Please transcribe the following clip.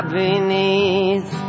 beneath